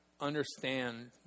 understand